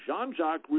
Jean-Jacques